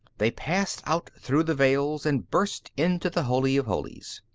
they passed out through the veils, and burst into the holy of holies.